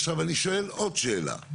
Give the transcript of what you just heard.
עכשיו אני שואל עוד שאלה.